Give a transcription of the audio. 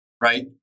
right